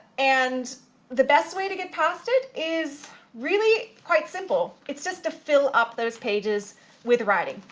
and the best way to get past it is really quite simple, it's just to fill up those pages with writing.